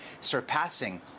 surpassing